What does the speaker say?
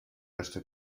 gasto